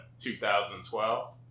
2012